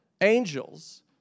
Angels